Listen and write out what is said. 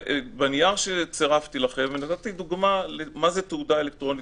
בנייר שצירפתי לכם נתתי דוגמה למה זה תעודה אלקטרונית.